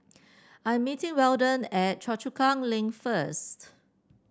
I am meeting Weldon at Choa Chu Kang Link first